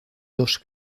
dos